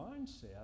mindset